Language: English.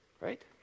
Right